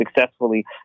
successfully